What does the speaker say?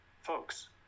folks